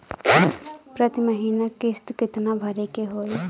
प्रति महीना किस्त कितना भरे के होई?